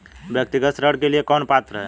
व्यक्तिगत ऋण के लिए कौन पात्र है?